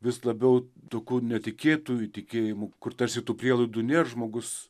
vis labiau duku netikėtu įtikėjimu kur tarsi tų prielaidų nėr žmogus